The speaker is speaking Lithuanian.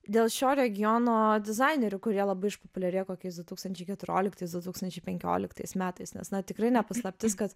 dėl šio regiono dizainerių kurie labai išpopuliarėjo kokiais du tūkstančiai keturioliktais du tūkstančiai penkioliktais metais nes na tikrai ne paslaptis kad